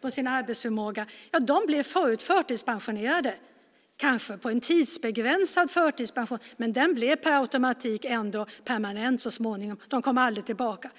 på sin arbetsförmåga. Dessa blev förut förtidspensionerade, kanske tidsbegränsat. Men per automatik blev förtidspensionen så småningom permanent. De här människorna kom aldrig tillbaka.